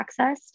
accessed